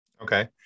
Okay